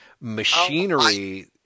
machinery